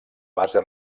base